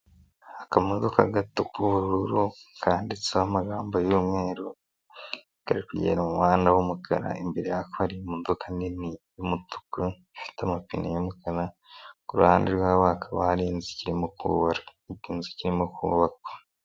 Akamodoka gato k'ubururu kanditseho amagambo yu'mweru, kari kugenda mu muhanda w'umukara, imbere yako hari imodoka nini y'umutuku ifite amapine y'imukara, ku ruhande rwaho hakaba hari inzu ikirimo kubakwa, inzu ikirimo kubakwa.